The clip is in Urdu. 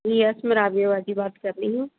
یس میں رابعہ باجی بات کر رہی ہوں